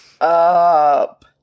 up